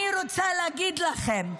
אני רוצה להגיד לכם: